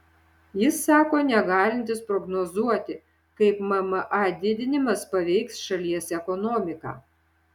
jis sako negalintis prognozuoti kaip mma didinimas paveiks šalies ekonomiką